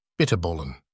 Bitterbollen